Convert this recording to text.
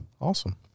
Awesome